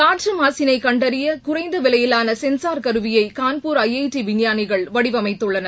காற்ற மாசிளை கண்டறிய குறைந்த விவையிலான சென்சார் கருவியை கான்பூர் ஐஐடி விஞ்ஞானிகள் வடிவமைத்துள்ளனர்